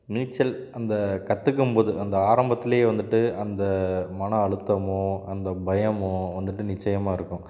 நீச்சல் அந்த கற்றுக்கும் போது அந்த ஆரம்பத்தில் வந்துட்டு அந்த மன அழுத்தமோ அந்த பயமோ வந்துட்டு நிச்சயமா இருக்கும்